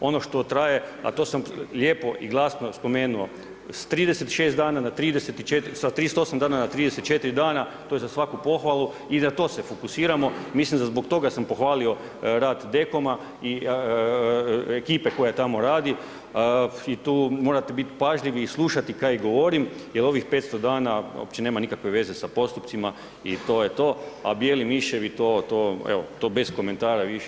Ono što traje a to smo lijepo i glasno spomenuo, s 38 dana na 34 dana to je za svaku pohvalu i za to se fokusiramo, mislim zbog toga sam pohvalio rad Dekoma i ekipe koja tamo radi i tu morate biti pažljivi i slušati kaj govorim, jer ovih 500 dana uopće nema nikakvih veze s postupcima il to je to, a bijeli miševi to evo bez komentara više.